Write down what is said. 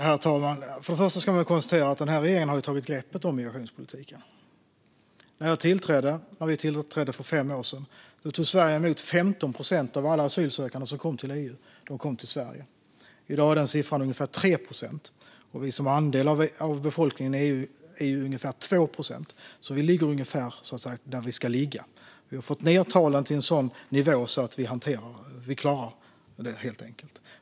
Herr talman! Först och främst kan vi konstatera att regeringen har tagit greppet om migrationspolitiken. När vi tillträdde för fem år sedan tog Sverige emot 15 procent av alla asylsökande som kom till EU. I dag är den siffran omkring 3 procent. Vår andel av EU:s befolkning är ca 2 procent. Vi ligger alltså ungefär där vi ska ligga. Vi har fått ned talen till en sådan nivå att vi klarar av att hantera det hela.